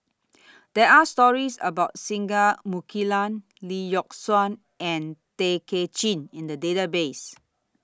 There Are stories about Singai Mukilan Lee Yock Suan and Tay Kay Chin in The Database